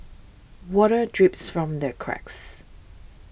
water drips from the cracks